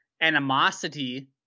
animosity